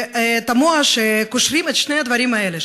תמוה שקושרים את שני הדברים האלה,